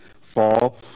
fall